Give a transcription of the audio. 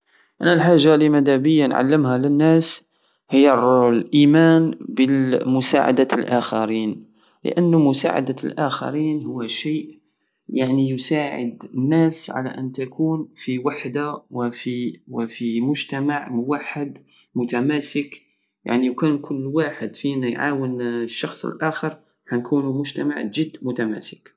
انا الحجة الي مادابية نعلمها لناس هي الايمان بمساعدة الاخرين لانو مساعدة الاخرين هو شيء يعني يساعد الناس على ان تكون غي وحدة وفي مجتمع موحد ومتماسك يعني وكان كل واحد فينا يعاون شخص اخر حنكونو مجتمع جد متماسك